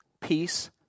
peace